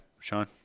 Sean